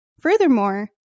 Furthermore